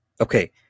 okay